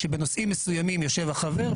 שבנושאים מסוימים יושב החבר,